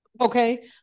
Okay